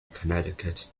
connecticut